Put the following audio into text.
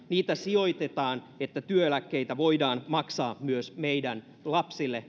niitä sijoitetaan että työeläkkeitä voidaan maksaa myös meidän lapsillemme